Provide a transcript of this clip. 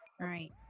right